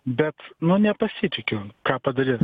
bet nu nepasitikiu ką padaryt